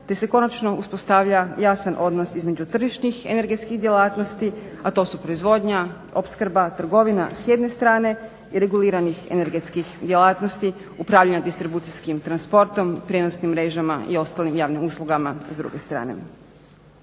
te se konačno uspostavlja jasan odnos između tržišnih energetskih djelatnosti, a to su proizvodnja, opskrba, trgovina s jedne strane i reguliranih energetskih djelatnosti, upravljanja distribucijskim transportom, prijenosnim mrežama i ostalim javnim uslugama s druge strane.